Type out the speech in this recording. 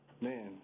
Man